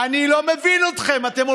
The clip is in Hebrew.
אני לא מבין אתכם.